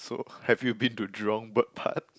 so have you been to Jurong Bird Park